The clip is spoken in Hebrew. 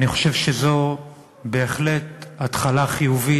אני חושב שזו בהחלט התחלה חיובית,